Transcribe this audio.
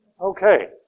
Okay